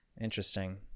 Interesting